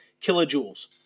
kilojoules